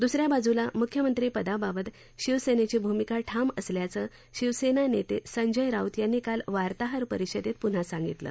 दुसऱ्या बाजूला मुख्यमंत्रीपदाबाबत शिवसेनेची भूमिका ठाम असल्याचं शिवसेना नेते संजय राऊत यांनी काल वार्ताहर परिषदेत पुन्हा सांगितलं